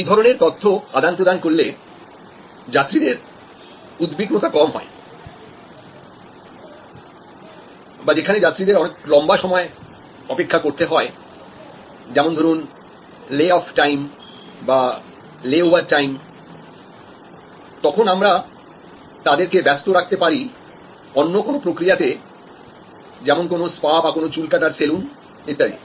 এই ধরনের তথ্য আদান প্রদান করলে যাত্রীদের উদ্বিগ্নতা কম হয় বা যেখানে যাত্রীদের অনেক লম্বা সময় অপেক্ষা করতে হয় যেমন ধরুন lay off time layover time তখন আমরা তাদেরকে ব্যস্ত রাখতে পারি অন্য কোন প্রক্রিয়াতে যেমন কোন স্পা বা কোন চুল কাটার সেলুন ইত্যাদি